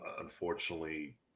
unfortunately